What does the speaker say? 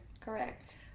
Correct